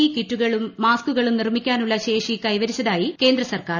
E കിറ്റുകളും മാസ്ക്കുകളും നിർമ്മിക്കിട്നുള്ള ശേഷി കൈവരിച്ചതായി കേന്ദ്ര സർക്കാർ